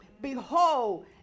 Behold